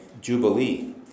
Jubilee